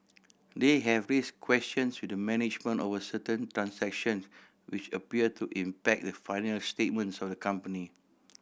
they have raise questions with management over certain transaction which appear to impact the financial statements of the company